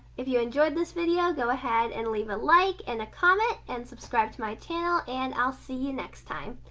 if you enjoyed this video, go ahead and leave a like and a comment and subscribe to my channel and i'll see you next time.